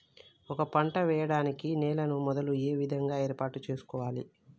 ఒక పంట వెయ్యడానికి నేలను మొదలు ఏ విధంగా ఏర్పాటు చేసుకోవాలి?